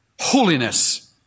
holiness